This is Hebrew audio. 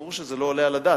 ברור שזה לא עולה על הדעת.